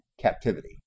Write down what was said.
captivity